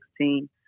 2016